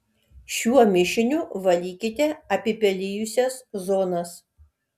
šiuo mišiniu valykite apipelijusias zonas